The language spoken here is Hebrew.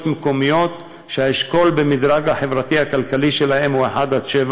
מקומיות באשכול שהדירוג החברתי-כלכלי שלהן הוא 1 7,